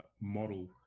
model